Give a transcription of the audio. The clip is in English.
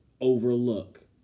overlook